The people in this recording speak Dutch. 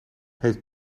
heeft